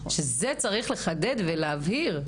את זה צריך לחדד ולהבהיר.